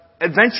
adventure